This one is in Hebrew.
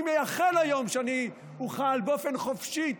אני מייחל ליום שאני אוכל באופן חופשי,